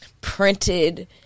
printed